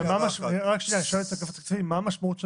ושאלה לאגף התקציבים: מה המשמעות של